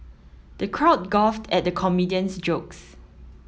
the crowd at the comedian's jokes